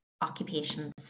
occupations